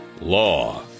law